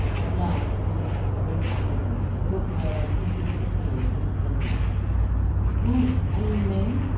at last, in his extreme agony, the cook made a piteous appeal to the seamen mates, are you men?